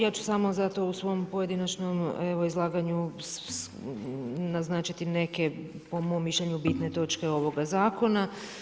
Ja ću samo zato u svom pojedinačnom izlaganju naznačiti neke po mom mišljenju bitne točke ovoga zakona.